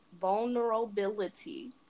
vulnerability